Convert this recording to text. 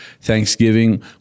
Thanksgiving